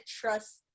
trust